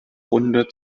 runde